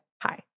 Hi